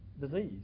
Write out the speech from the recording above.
disease